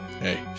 Hey